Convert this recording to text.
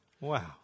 Wow